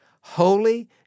Holy